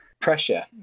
pressure